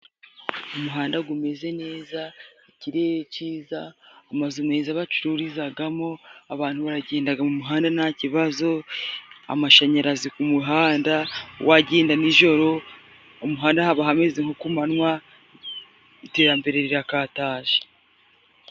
Umuhanda gumeze neza, ikirere ciza, amazu meza bacururizagamo, abantu barayagendaga mu muhanda nta kibazo, amashanyarazi ku muhanda, wagenda nijoro, umuhanda haba haba hameze nko ku manwa, iterambere rirakataje.